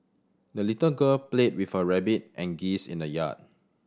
the little girl played with her rabbit and geese in the yard